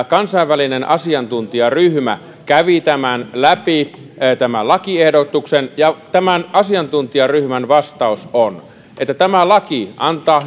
kansainvälinen asiantuntijaryhmä kävi läpi tämän lakiehdotuksen ja tämän asiantuntijaryhmän vastaus on että tämä laki antaa